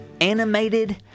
animated